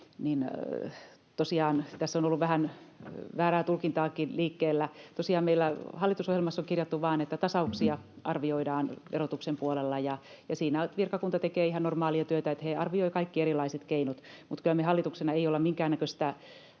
siitä: Tosiaan tässä on ollut vähän väärääkin tulkintaa liikkeellä. Tosiaan meillä hallitusohjelmassa on kirjattu vaan, että tasauksia arvioidaan verotuksen puolella. Siinä virkakunta tekee ihan normaalia työtä, he arvioivat kaikki erilaiset keinot, mutta me ei hallituksena olla kyllä minkäännäköistä